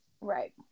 right